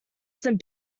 some